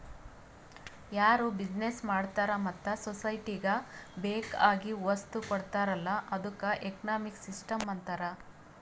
ಯಾರು ಬಿಸಿನೆಸ್ ಮಾಡ್ತಾರ ಮತ್ತ ಸೊಸೈಟಿಗ ಬೇಕ್ ಆಗಿವ್ ವಸ್ತು ಕೊಡ್ತಾರ್ ಅಲ್ಲಾ ಅದ್ದುಕ ಎಕನಾಮಿಕ್ ಸಿಸ್ಟಂ ಅಂತಾರ್